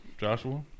Joshua